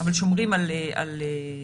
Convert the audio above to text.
אבל שומרים על הבדיקות.